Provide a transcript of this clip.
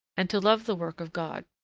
and to love the work of god.